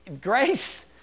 Grace